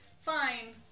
Fine